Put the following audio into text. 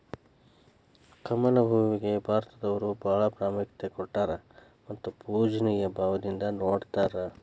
ಕಮಲ ಹೂವಿಗೆ ಭಾರತದವರು ಬಾಳ ಪ್ರಾಮುಖ್ಯತೆ ಕೊಟ್ಟಾರ ಮತ್ತ ಪೂಜ್ಯನಿಯ ಭಾವದಿಂದ ನೊಡತಾರ